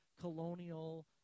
colonial